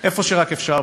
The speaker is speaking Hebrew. איפה שרק אפשר.